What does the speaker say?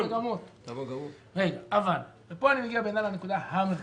אבל - ופה אני מגיע לנקודה המרכזית.